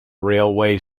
railway